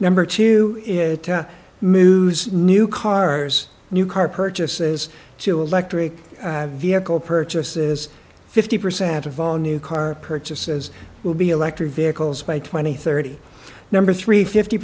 number two moods new cars new car purchases two electric vehicle purchases fifty percent of all new car purchases will be electric vehicles by twenty thirty number three fifty